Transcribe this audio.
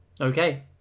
Okay